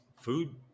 food